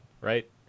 right